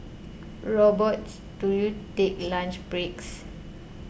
robots do you take lunch breaks